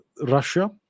Russia